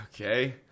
Okay